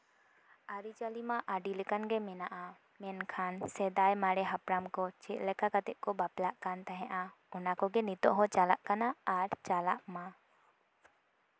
ᱟᱹᱨᱤᱪᱟᱹᱞᱤ ᱢᱟ ᱟᱹᱰᱤ ᱞᱮᱠᱟᱱ ᱢᱮᱱᱟᱜᱼᱟ ᱢᱮᱱᱠᱷᱟᱱ ᱥᱮᱫᱟᱭ ᱢᱟᱨᱮ ᱦᱟᱯᱲᱟᱢ ᱠᱚ ᱪᱮᱫ ᱞᱮᱠᱟ ᱠᱟᱛᱮᱜ ᱠᱚ ᱵᱟᱯᱞᱟᱜ ᱠᱟᱱ ᱛᱟᱦᱮᱸᱜᱼᱟ ᱚᱱᱟ ᱠᱚᱜᱮ ᱱᱤᱛᱚᱜ ᱦᱚᱸ ᱪᱟᱞᱟᱜ ᱠᱟᱱᱟ ᱟᱨ ᱪᱟᱞᱟᱜ ᱢᱟ